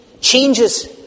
changes